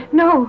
no